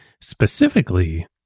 specifically